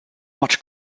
much